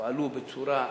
יפעלו בצורה לגלית,